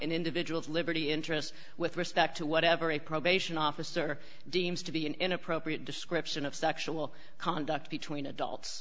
individual's liberty interest with respect to whatever a probation officer deems to be an inappropriate description of sexual conduct between adults